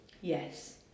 Yes